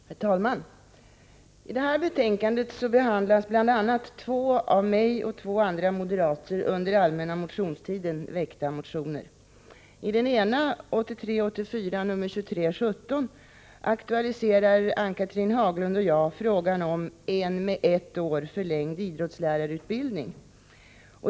Herr talman! I detta betänkande behandlas bl.a. två av mig och ett par andra moderater under allmänna motionstiden väckta motioner. I den ena motionen — motion 1983/84:2317 — aktualiserar Ann-Cathrine Haglund och jag frågan om en med ett år förlängd idrottslärarutbildning.